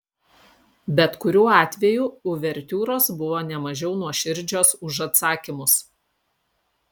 bet kuriuo atveju uvertiūros buvo ne mažiau nuoširdžios už atsakymus